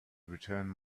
return